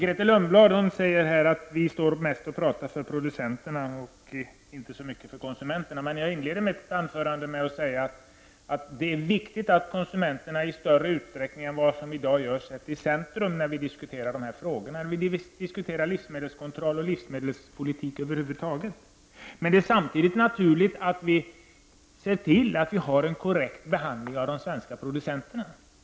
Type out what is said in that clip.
Herr talman! Grethe Lundblad sade att vi står här och talar mest för producenterna, och inte så mycket för konsumenterna. Men jag inledde mitt anförande med att säga att det viktigt att konsumenterna i större utsträckning än i dag ställs i centrum när vi diskuterar dessa frågor och över huvud taget när vi diskuterar livsmedelskontroll och livsmedelspolitik. Samtidigt är det naturligt att vi är intresserade av att de svenska producenterna behandlas korrekt.